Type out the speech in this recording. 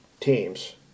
teams